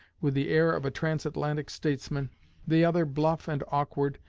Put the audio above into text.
with the air of a trans-atlantic statesman the other bluff and awkward,